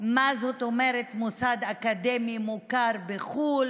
מה זאת אומרת מוסד אקדמי מוכר בחו"ל.